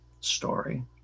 story